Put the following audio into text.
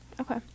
Okay